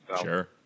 Sure